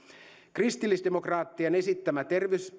kristillisdemokraattien esittämä